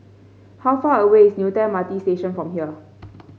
how far away is Newton M R T Station from here